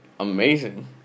Amazing